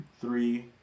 three